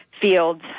fields